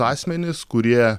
asmenys kurie